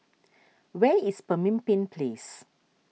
where is Pemimpin Place